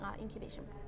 incubation